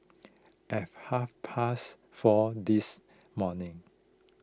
at half past four this morning